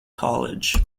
college